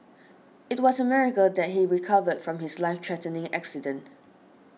it was a miracle that he recovered from his life threatening accident